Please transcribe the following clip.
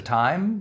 time